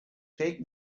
take